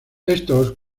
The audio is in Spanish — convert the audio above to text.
estos